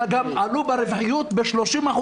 אלא גם עלו ברווחיות ב-30%,